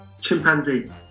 Chimpanzee